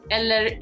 Eller